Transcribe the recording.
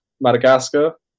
Madagascar